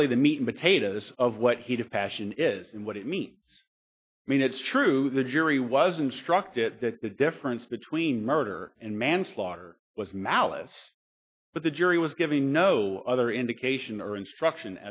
really the meat and potatoes of what heat of passion is and what it means mean it's true the jury was instructed that the difference between murder and manslaughter was malice but the jury was giving no other indication or instruction